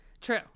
True